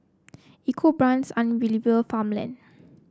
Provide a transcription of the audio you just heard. EcoBrown's Unilever Farmland